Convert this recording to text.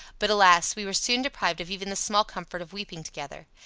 but alas! we were soon deprived of even the small comfort of weeping together.